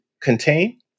contain